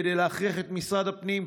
כדי להכריח את משרד הפנים,